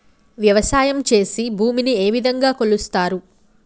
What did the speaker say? వ్యవసాయం చేసి భూమిని ఏ విధంగా కొలుస్తారు?